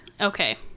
Okay